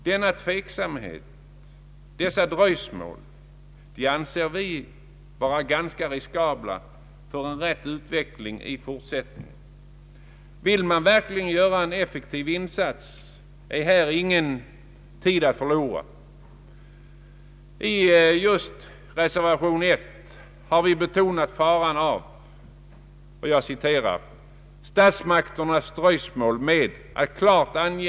Denna tveksamhet, dessa dröjsmål anser vi vara riskabla för en riktiv utveckling i fortsättningen. Vill man verkligen göra en effektiv insats, är här ingen tid att förlora. I reservation 1 har vi uttalat ”att statsmakternas dröjsmål med att klart Ang.